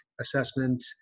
assessment